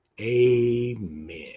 Amen